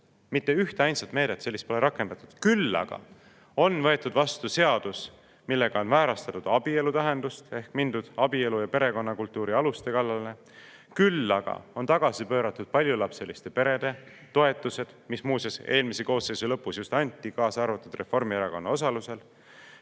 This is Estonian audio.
mitte ühteainsat sellist meedet pole rakendatud. Küll aga on võetud vastu seadus, millega on väärastatud abielu tähendust ehk mindud abielu ja perekonna kultuuri aluste kallale. Küll aga on tagasi pööratud paljulapseliste perede toetused, mis muuseas eelmise koosseisu lõpus anti, kaasa arvatud Reformierakonna osalusel.